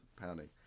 pounding